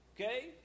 Okay